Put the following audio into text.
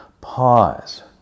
pause